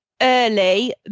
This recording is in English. early